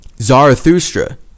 Zarathustra